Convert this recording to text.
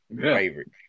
favorite